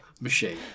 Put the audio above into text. machine